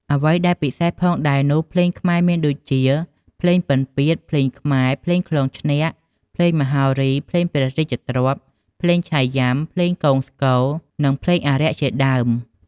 អ្វីដែលពិសេសផងដែរនោះភ្លេងខ្មែរមានដូចជាភ្លេងពិណ្យពាទ្យ ភ្លេងខ្មែរ ភ្លេងក្លងឆ្នាក់ ភ្លេងមហោរី ភ្លេងព្រះរាជទ្រព្យ ភ្លេងឆៃយុំា ភ្លេងគងស្គរ និងភ្លេងអារក្ខជាដើម។